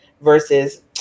Versus